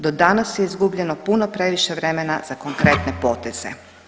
Do danas je izgubljeno puno previše vremena za konkretne poteze.